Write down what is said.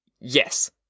Yes